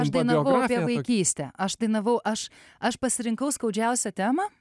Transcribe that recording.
aš dainavau apie vaikystę aš dainavau aš aš pasirinkau skaudžiausią temą